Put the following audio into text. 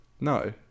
No